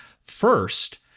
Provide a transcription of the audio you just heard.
First